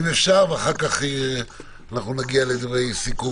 ואחר כך נגיע לדברי סיכום,